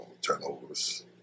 Turnovers